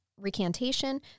recantation